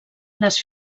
les